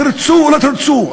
תרצו או לא תרצו,